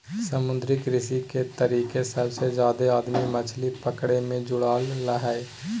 समुद्री कृषि के तरीके सबसे जादे आदमी मछली पकड़े मे जुड़ल हइ